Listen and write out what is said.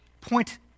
point